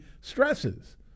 stresses